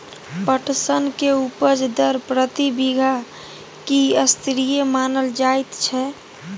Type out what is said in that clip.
पटसन के उपज दर प्रति बीघा की स्तरीय मानल जायत छै?